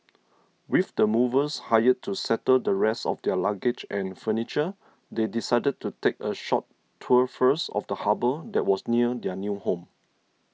with the movers hired to settle the rest of their luggage and furniture they decided to take a short tour first of the harbour that was near their new home